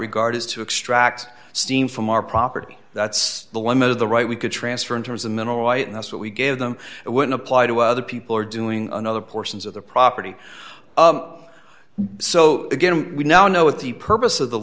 regard is to extract steam from our property that's the limit of the right we could transfer in terms of mineral oil and that's what we give them it would apply to other people or doing another portions of the property so again we now know what the purpose of the